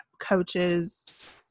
coaches